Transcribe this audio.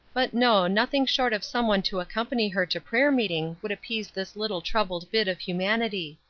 but no, nothing short of some one to accompany her to prayer-meeting would appease this little troubled bit of humanity.